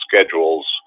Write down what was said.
schedules